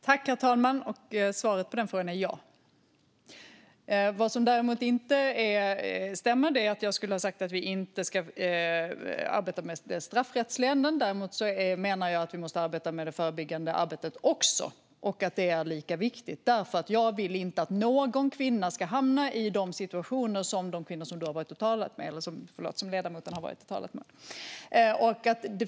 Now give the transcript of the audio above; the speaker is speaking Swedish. Herr talman! Svaret på den frågan är ja. Vad som däremot inte stämmer är att jag skulle ha sagt att vi inte ska arbeta med den straffrättsliga änden. Däremot menar jag att vi måste arbeta med de förebyggande insatserna också. Det är lika viktigt. Jag vill inte att någon kvinna ska hamna i de situationer som de kvinnor som ledamoten har talat med.